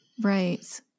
right